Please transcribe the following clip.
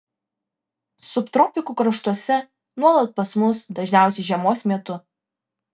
subtropikų kraštuose nuolat pas mus dažniausiai žiemos metu